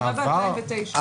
התקיימה ב-2009.